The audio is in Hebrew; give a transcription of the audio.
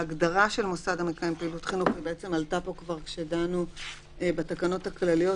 ההגדרה של מוסד המקיים פעילות חינוך עלתה פה כבר כשדנו בתקנות הכלליות